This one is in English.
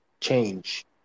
change